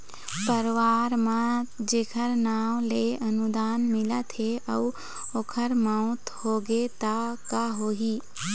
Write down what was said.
परवार म जेखर नांव ले अनुदान मिलत हे अउ ओखर मउत होगे त का होही?